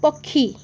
ପକ୍ଷୀ